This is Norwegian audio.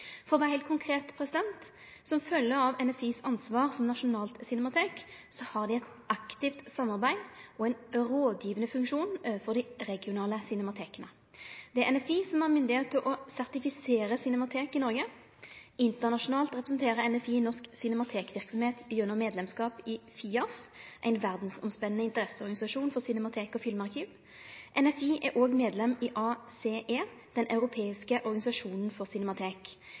For å vere heilt konkret: Som følgje av NFI sitt ansvar som nasjonalt cinematek har dei eit aktivt samarbeid og ein rådgjevande funksjon overfor dei regionale cinemateka. Det er NFI som har myndigheit til å sertifisere cinematek i Noreg. Internasjonalt representerer NFI norsk cinematekverksemd gjennom medlemskap i FIAF, ein verdsomspennande interesseorganisasjon for cinematek og filmarkiv. NFI er òg medlem i ACE, den europeiske organisasjonen for